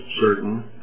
certain